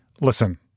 listen